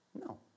No